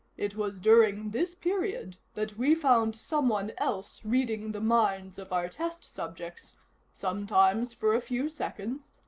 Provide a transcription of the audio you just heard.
it was during this period that we found someone else reading the minds of our test subjects sometimes for a few seconds,